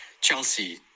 Chelsea